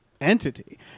entity